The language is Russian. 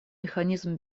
механизм